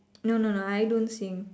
no no no I don't sing